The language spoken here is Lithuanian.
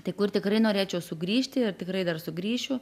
tai kur tikrai norėčiau sugrįžti ir tikrai dar sugrįšiu